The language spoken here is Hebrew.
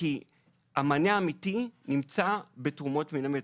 המענה האמיתי נמצא בתרומות מן המת.